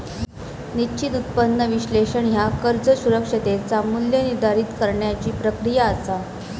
निश्चित उत्पन्न विश्लेषण ह्या कर्ज सुरक्षिततेचा मू्ल्य निर्धारित करण्याची प्रक्रिया असा